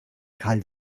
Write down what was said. karl